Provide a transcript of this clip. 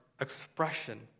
expression